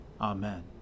Amen